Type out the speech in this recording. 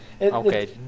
Okay